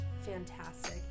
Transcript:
fantastic